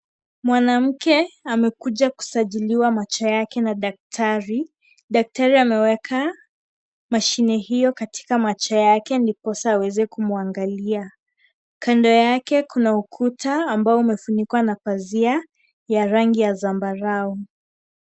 Mwanamke amekuja kusajiliwa macho yake na daktari. Daktari ameweka mashine hiyo katika macho yake ndiposa aweze kumwangalia. Kando yake, kuna ukuta ambao umefunikwa na pazia ya rangi ya zambarau.